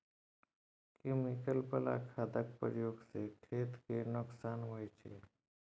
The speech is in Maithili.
केमिकल बला खादक प्रयोग सँ खेत केँ नोकसान होइ छै